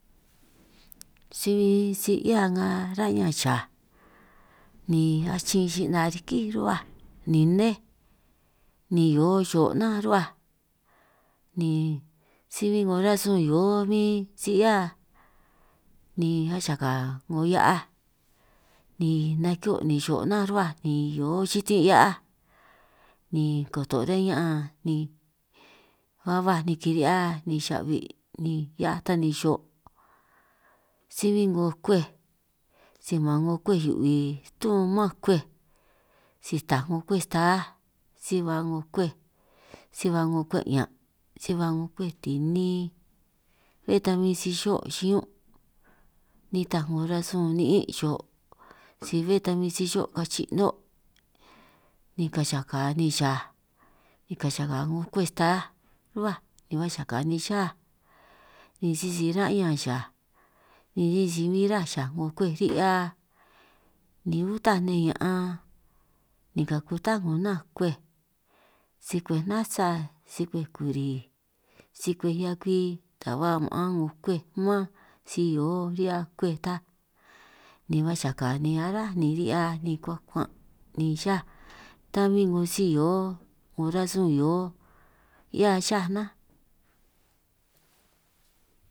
Si bin si 'hiá nga ra'ñan xaj ni achin xi'na rikí ruhuaj, ni nné ni hio xo' naán ruhuaj ni si bin 'ngo rasun hio bin si 'hiá ni achaka 'ngo hia'aj, ni nanj ki'hio' ni xo' nanj ruhuáj ni hio xitin' hia'aj ni koto' riñan ña'an ni ba baj ni kiri'hia ni xa'bi hia'aj ta ni xo', si bin 'ngo kwej si man 'ngo kwej hiu'bi tu man kwej si taj 'ngo kwej staj si ba 'ngo kwej si ba 'ngo kwej 'ñan', si ba 'ngo kwej tini bé ta min si xo' xiñún' nitaj 'ngo rasun ni'ín' xo' si bé ta bin si xo' kachi' 'no', ni ka'anj chaka ni xa kackaka 'ngo kwej sta ruhuaj ni ba chaca ni xaj ni sisi ra'an xaj ni sisi bin ruhuaj xaj 'ngo kwej ri'hia, ni uta' nne ña'an ni ka'anj kutá 'ngo nnanj kwej si kwej nasa si kwej kuri si kwej hia kwi, ta ba ma'an 'ngo kwej man si hio ri'hia kwej ta ni ba chaka ni ará ni ri'hia, ni kuan' kuan' ni cháj ta bin 'ngo si hio 'ngo rasun hio 'hiá cháj nnánj.